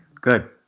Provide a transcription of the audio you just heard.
good